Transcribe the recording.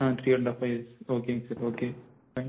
ah three and half five years ஓகேங்க sir okay fine